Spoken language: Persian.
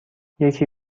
یکی